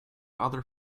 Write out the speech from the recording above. other